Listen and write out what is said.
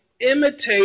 imitate